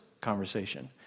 conversation